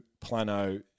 Plano